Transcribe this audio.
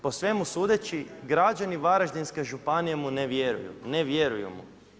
Po svemu sudeći građani Varaždinske županije mu ne vjeruju, ne vjeruju mu.